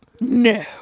No